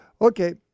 Okay